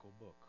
book